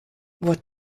what